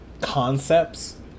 concepts